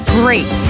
great